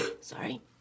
Sorry